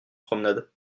promenade